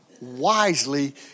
wisely